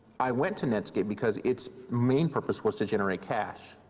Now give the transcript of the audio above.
i went to netscape because its main purpose was to generate cash,